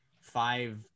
five